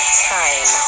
time